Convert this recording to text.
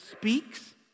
speaks